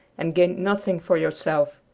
and gained nothing for yourself!